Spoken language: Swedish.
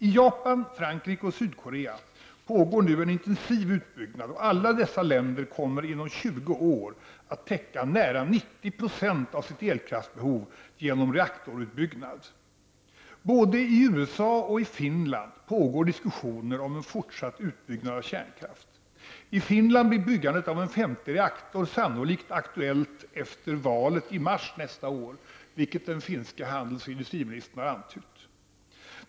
I Japan, Frankrike och Sydkorea pågår nu en intensiv utbyggnad, och dessa länder kommer inom 20 år att täcka nära 90 % av sitt elkraftsbehov genom reaktorutbyggnad. Både i USA och i Finland pågår diskussioner om en fortsatt utbyggnad av kärnkraft. I Finland blir byggandet av en femte reaktor sannolikt aktuellt efter valet i mars nästa år, vilket den finske handels och industriministern har antytt.